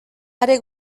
are